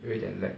有一点 lag